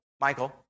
Michael